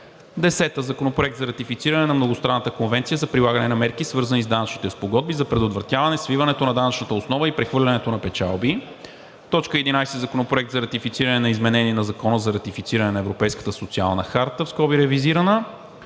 10. Законопроект за ратифициране на Многостранната конвенция за прилагане на мерки, свързани с данъчните спогодби, за предотвратяване свиването на данъчната основа и прехвърлянето на печалби. 11. Законопроект за ратифициране на изменение на Закона за ратифициране на Европейската социална харта (ревизирана).